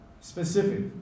Specific